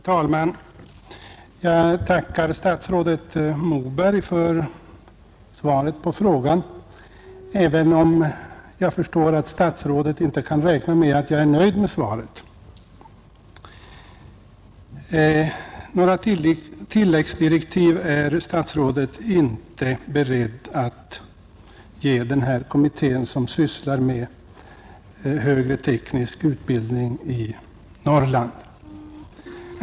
Herr talman! Jag tackar statsrådet Moberg för svaret på min fråga, men jag utgår från att statsrådet inte har räknat med att jag är nöjd med svaret. Några tilläggsdirektiv är statsrådet inte beredd att ge den kommitté som sysslar med frågan om den högre tekniska utbildningen i Norrland.